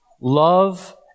love